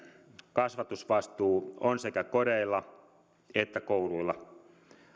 kasvatusvastuu on sekä kodeilla että kouluilla